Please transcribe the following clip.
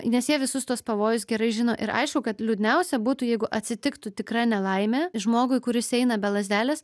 nes jie visus tuos pavojus gerai žino ir aišku kad liūdniausia būtų jeigu atsitiktų tikra nelaimė žmogui kuris eina be lazdelės